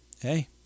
hey